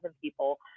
people